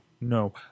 no